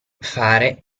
fare